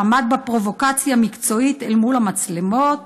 שעמד בפרובוקציה המקצועית אל מול המצלמות,